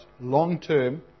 long-term